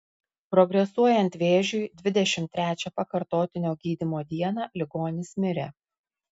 progresuojant vėžiui dvidešimt trečią pakartotinio gydymo dieną ligonis mirė